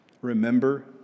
Remember